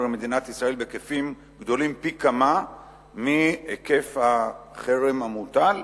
עם מדינת ישראל בהיקפים גדולים פי כמה מהיקף החרם המוטל.